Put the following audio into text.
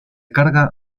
carga